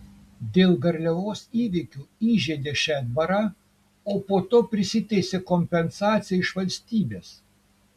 dėl garliavos įvykių įžeidė šedbarą o po to prisiteisė kompensaciją iš valstybės